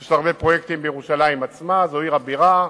יש הרבה פרויקטים בירושלים עצמה, זו עיר הבירה,